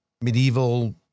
medieval